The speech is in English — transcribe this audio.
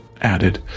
added